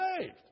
saved